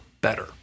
better